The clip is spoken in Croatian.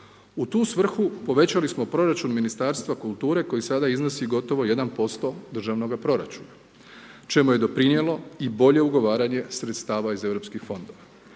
U tu svrhu povećali smo proračun Ministarstva kulture koji sada iznosi gotovo 1% državnoga proračuna čemu je doprinijelo i bolje ugovaranje sredstava iz EU fondova.